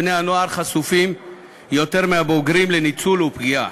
בני-הנוער חשופים יותר מהבוגרים לניצול ופגיעה.